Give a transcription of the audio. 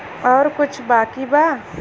और कुछ बाकी बा?